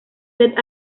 sed